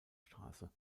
straße